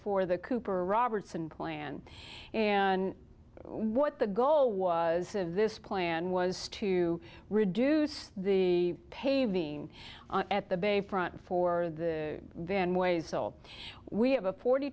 for the cooper robertson plan and what the goal was this plan was to reduce the paving at the bayfront for the van ways still we have a forty